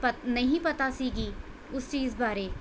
ਪਤ ਨਹੀਂ ਪਤਾ ਸੀਗੀ ਉਸ ਚੀਜ਼ ਬਾਰੇ